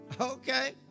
Okay